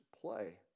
play